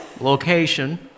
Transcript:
location